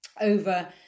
over